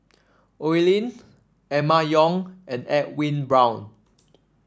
Oi Lin Emma Yong and Edwin Brown